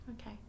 Okay